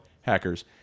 Hackers